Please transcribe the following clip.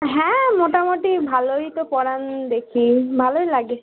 হ্যাঁ মোটামোটি ভালোই তো পড়ান দেখি ভালোই লাগে